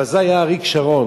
אבל זה היה אריק שרון.